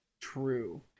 True